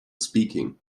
speaking